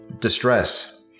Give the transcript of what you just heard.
distress